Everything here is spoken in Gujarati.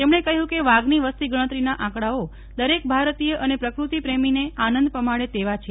તેમણે કહ્યું કે વાઘની વસ્તી ગણતરીના આંકડાઓ દરેક ભારતીય અને પ્રકૃતિ પ્રેમીને આનંદ પમાડે તેવા છે